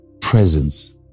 presence